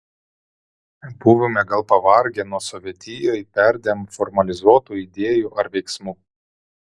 buvome gal pavargę nuo sovietijoj perdėm formalizuotų idėjų ar veiksmų